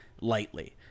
lightly